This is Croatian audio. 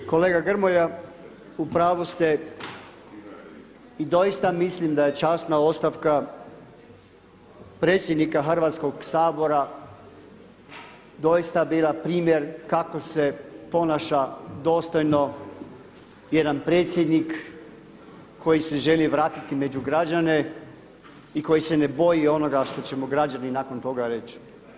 Da, kolega Grmoja upravu ste, doista mislim da je časna ostavka predsjednika Hrvatskog sabora doista bila primjer kako se ponaša dostojno jedan predsjednik koji se želi vratiti među građane i koji se ne boji onoga što će mu građani nakon toga reći.